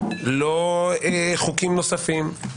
לא חוקים נוספים,